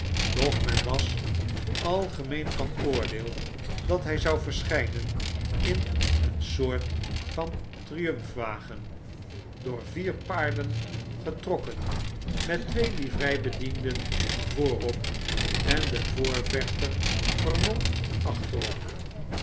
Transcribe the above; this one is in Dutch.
doch men was algemeen van oordeel dat hj zou verschijnen in een soort van triumfwagen door vier paarden getrokken met twee livreibedienden voorop en den voorvechter vermomd achterop